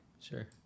Sure